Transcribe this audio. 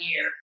year